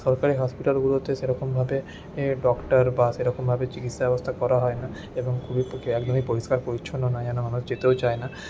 সরকারি হসপিটালগুলোতে সেরকমভাবে ডক্টর বা সেরকমভাবে চিকিৎসা ব্যবস্থা করা হয় না এবং একদমই পরিষ্কার পরিচ্ছন্ন নয় এই জন্য আমরা যেতেও চাই না